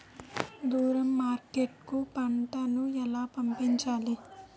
దూరం మార్కెట్ కు పంట ను ఎలా పంపించాలి?